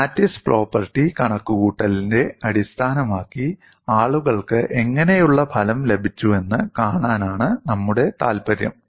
lattice property കണക്കുകൂട്ടലിനെ അടിസ്ഥാനമാക്കി ആളുകൾക്ക് എങ്ങനെയുള്ള ഫലം ലഭിച്ചുവെന്ന് കാണാനാണ് നമ്മുടെ താൽപ്പര്യം